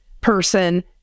person